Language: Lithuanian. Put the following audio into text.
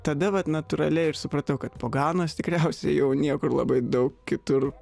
tada vat natūraliai ir supratau kad po ganos tikriausiai jau niekur labai daug kitur